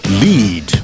lead